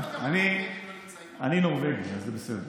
אני נורבגי, זה בסדר.